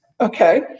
Okay